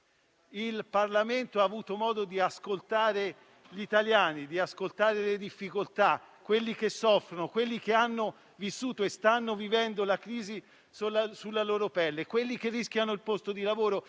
Il Parlamento ha avuto modo di ascoltare gli italiani e le loro difficoltà, quelli che soffrono e hanno vissuto e stanno vivendo la crisi sulla loro pelle, quelli che rischiano il posto di lavoro